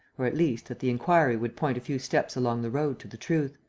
or, at least, that the inquiry would point a few steps along the road to the truth.